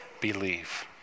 believe